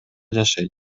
жашайт